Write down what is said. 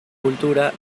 cultura